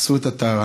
עשו את הטהרה.